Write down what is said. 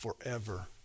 forever